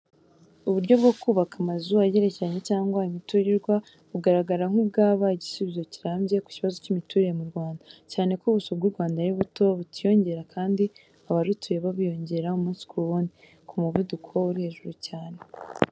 Uburyo bwo kubaka amazu agerekeranye cyangwa imiturirwa, bugaragara nk'ubwaba igisubizo kirambye ku kibazo cy'imiturire mu Rwanda, cyane ko ubuso bw'u Rwanda ari buto, butiyongera kandi abarutuye bo biyongera umunsi ku wundi, ku muvuduko uri hejuru cyane.